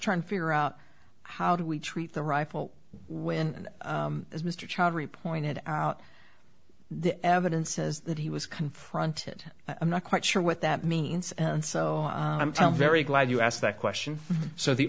trying to figure out how do we treat the rifle when as mr choudhry pointed out the evidence is that he was confronted i'm not quite sure what that means and so i'm very glad you asked that question so the